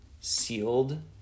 sealed